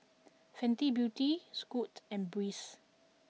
Fenty Beauty Scoot and Breeze